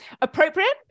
Appropriate